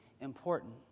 important